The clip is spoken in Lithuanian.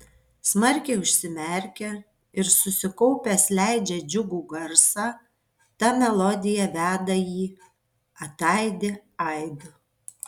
smarkiai užsimerkia ir susikaupęs leidžia džiugų garsą ta melodija veda jį ataidi aidu